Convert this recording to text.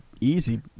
easy